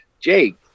Jake